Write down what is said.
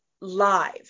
live